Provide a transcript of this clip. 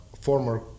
former